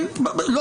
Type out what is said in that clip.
לא שקלתם?